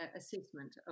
assessment